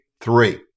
Three